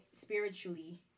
spiritually